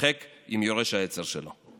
וצוחק עם יורש העצר שלו.